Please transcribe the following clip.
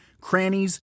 crannies